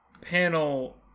panel